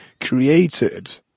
created